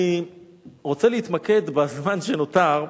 אני רוצה להתמקד בזמן שנותר,